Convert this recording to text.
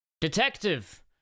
Detective